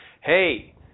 Hey